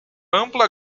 ampla